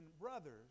brothers